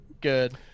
Good